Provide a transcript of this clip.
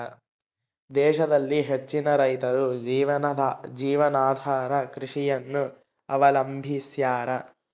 ದೇಶದಲ್ಲಿ ಹೆಚ್ಚಿನ ರೈತರು ಜೀವನಾಧಾರ ಕೃಷಿಯನ್ನು ಅವಲಂಬಿಸ್ಯಾರ